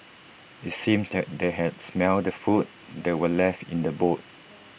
IT seemed that they had smelt the food that were left in the boot